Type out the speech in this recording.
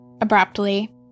abruptly